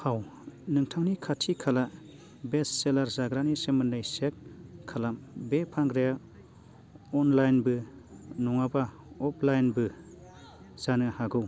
औ नोंथांनि खाथि खाला बेस्ट सेलार जाग्रानि सोमोन्दै चेक खालाम बे फानग्राय अनलाइनबो नङाब्ला अफलाइनबो जानो हागौ